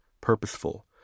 purposeful